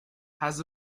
has